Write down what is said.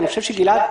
גלעד,